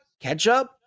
ketchup